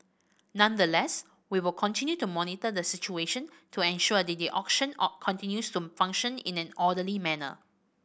nonetheless we will continue to monitor the situation to ensure that the auction continues to function in an orderly manner